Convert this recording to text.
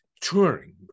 touring